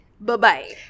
Bye-bye